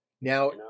Now